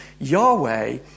Yahweh